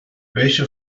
welche